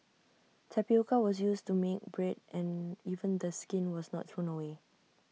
tapioca was used to make bread and even the skin was not thrown away